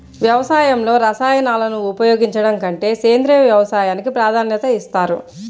వ్యవసాయంలో రసాయనాలను ఉపయోగించడం కంటే సేంద్రియ వ్యవసాయానికి ప్రాధాన్యత ఇస్తారు